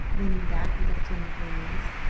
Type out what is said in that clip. leaning back with a fling of weariness.